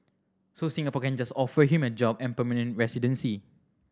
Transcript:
so Singapore can just offer him a job and permanent residency